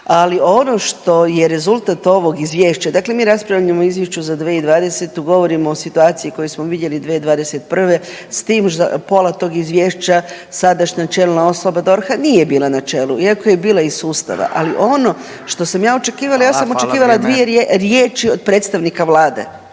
ali ono što je rezultat ovog izvješća, dakle mi raspravljamo o izvješću za 2020., govorimo o situaciji koju smo vidjeli 2021. s tim pola tog izvješća sadašnja čelna osoba DORH-a nije bila na čelu iako je bila iz sustava, ali ono što sam ja očekivala, ja sam …/Upadica: Hvala, hvala vrijeme./… dvije riječi od predstavnika vlade.